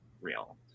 real